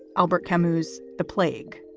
albert camus, the plague